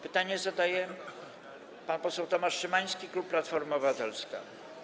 Pytanie zadaje pan poseł Tomasz Szymański, klub Platforma Obywatelska.